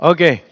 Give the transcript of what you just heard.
Okay